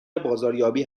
بازاریابی